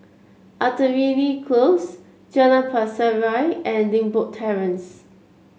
Artillery Close Jalan Pasir Ria and Limbok Terrace